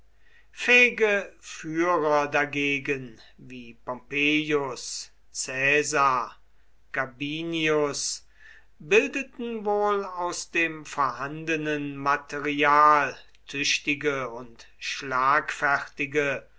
fähige führer dagegen wie pompeius caesar gabinius bildeten wohl aus dem vorhandenen material tüchtige und schlagfertige